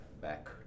back